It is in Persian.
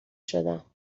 شدم